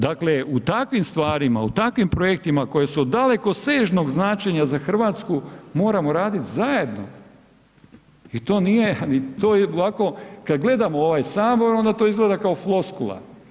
Dakle u takvim stvarima, u takvim projektima koji su od dalekosežnog značenja za Hrvatsku moramo raditi zajedno i to nije, to ovako kada gledamo ovaj Sabor onda to izgleda kao floskula.